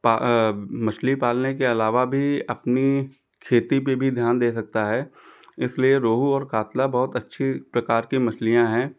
पा मछली पालने के अलावा भी अपनी खेती पर भी ध्यान दे सकता है इसलिए रोहू और कातला बहुत अच्छी प्रकार की मछलियाँ हैं